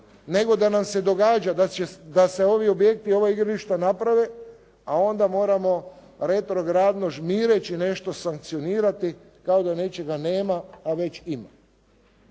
nego da nam se događa da se ovi objekti, ova igrališta naprave, a onda moramo …/Govornik se ne razumije./… žmireći nešto sankcionirati, kao da nečega nema, a već ima.